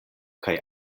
kaj